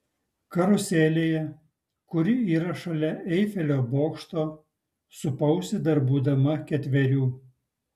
karuselėje kuri yra šalia eifelio bokšto supausi dar būdama ketverių